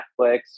Netflix